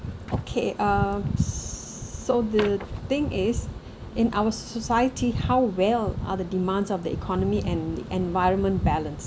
okay uh so the thing is in our so society how well are the demands of the economy and environment balanced